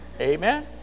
Amen